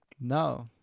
No